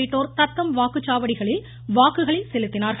உள்ளிட்டோர் தத்தம் வாக்குச்சாவடிகளில் தங்கள் வாக்குகளை செலுத்தினார்கள்